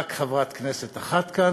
רק חברת כנסת אחת כאן.